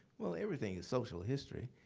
well, everything is social history.